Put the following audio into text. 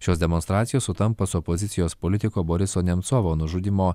šios demonstracijos sutampa su opozicijos politiko boriso nemcovo nužudymo